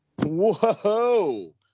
Whoa